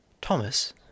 Thomas